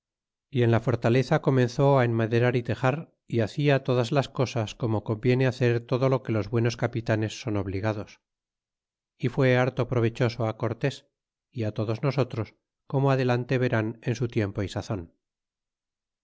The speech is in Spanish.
y en la fortaleza comenzó enmaderar y tejar y hacia todas las cosas como conviene hacer todo lo que los buenos capitanes son obligados y fué harto provechoso á cortés y todos nosotros como adelante verán en su tiempo é sazon